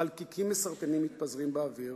חלקיקים מסרטנים מתפזרים באוויר.